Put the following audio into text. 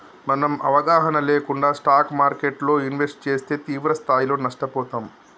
మనం అవగాహన లేకుండా స్టాక్ మార్కెట్టులో ఇన్వెస్ట్ చేస్తే తీవ్రస్థాయిలో నష్టపోతాం